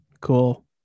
cool